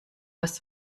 das